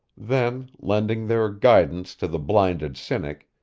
then, lending their guidance to the blinded cynic,